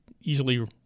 easily